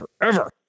forever